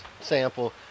sample